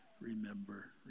remember